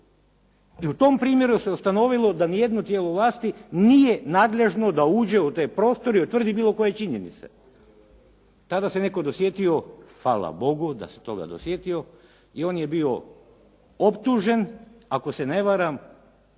I u tom primjeru se ustanovilo da nijedno tijelo vlasti nije nadležno da uđe u te prostor i utvrdi bilo koje činjenice. Tada se netko dosjetio, hvala Bogu da se toga dosjetio, i on je bio optužen ako se ne varam